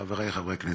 חברי חברי הכנסת,